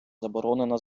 заборонена